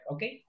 Okay